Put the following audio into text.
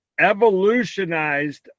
evolutionized